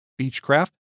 Beechcraft